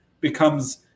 becomes